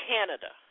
Canada